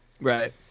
right